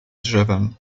drzewem